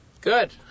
Good